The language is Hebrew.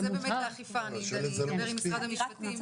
טוב, זה האכיפה, אני אדבר עם משרד המשפטים.